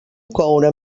coure